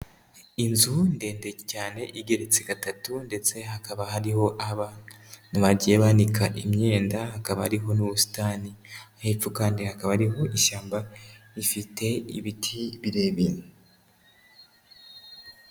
Inzu ndende cyane igeretse gatatu ndetse hakaba hariho aho bagiye banika imyenda, hakaba hariho n'ubusitani hepfo kandi hakaba hari ishyamba rifite ibiti birebire.